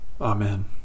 Amen